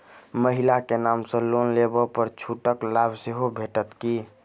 महिला केँ नाम सँ लोन लेबऽ पर छुटक लाभ सेहो भेटत की?